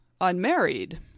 unmarried